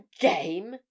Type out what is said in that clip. game